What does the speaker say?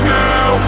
now